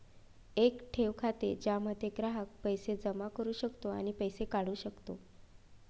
एक ठेव खाते ज्यामध्ये ग्राहक पैसे जमा करू शकतो आणि पैसे काढू शकतो